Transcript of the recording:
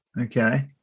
okay